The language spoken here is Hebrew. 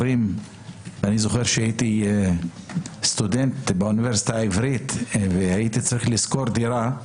כשהייתי סטודנט באוניברסיטה העברית הייתי צריך לשכור דירה,